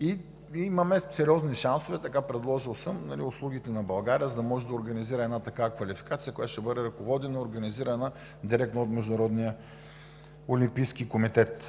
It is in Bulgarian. и имаме сериозни шансове, предложил съм услугите на България, за да може да организира една такава квалификация, която ще бъде ръководена и организирана директно от Международния олимпийски комитет.